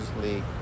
League